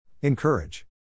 Encourage